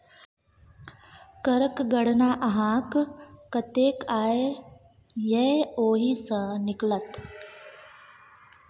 करक गणना अहाँक कतेक आय यै ओहि सँ निकलत